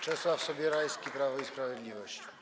Czesław Sobierajski, Prawo i Sprawiedliwość.